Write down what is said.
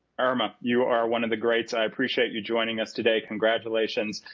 irma, you are one of the greats. i appreciate you joining us today. congratulations.